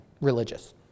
religious